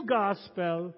gospel